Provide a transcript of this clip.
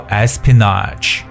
espionage